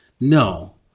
No